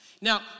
Now